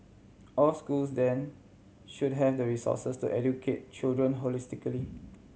all schools then should have the resources to educate children holistically